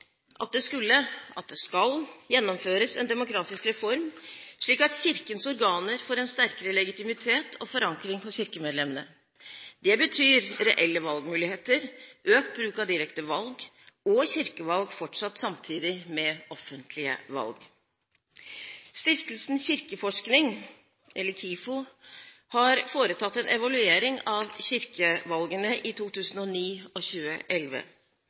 at det skulle – og skal – gjennomføres en demokratisk reform, slik at Kirkens organer får en sterkere legitimitet og forankring hos kirkemedlemmene. Det betyr reelle valgmuligheter, økt bruk av direkte valg – og fortsatt kirkevalg samtidig med offentlige valg. Stiftelsen Kirkeforskning, KIFO, har foretatt en evaluering av kirkevalgene i 2009 og 2011. Valgdeltagelsen har økt til 13 pst. i 2011.